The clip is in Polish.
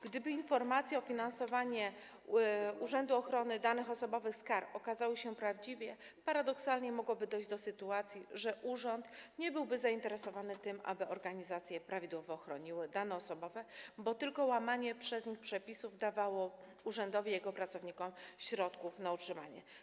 Gdyby informacje o finansowaniu Urzędu Ochrony Danych Osobowych z kar okazały się prawdziwie, paradoksalnie mogłoby dojść do sytuacji, w której urząd nie byłby zainteresowany tym, aby organizacje prawidłowo chroniły dane osobowe, bo tylko łamanie przez nich przepisów daje urzędowi i jego pracownikom środki na utrzymanie.